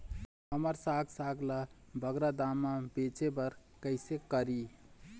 हमर साग साग ला बगरा दाम मा बेचे बर कइसे करी?